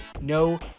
no